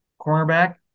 cornerback